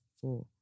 four